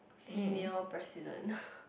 female president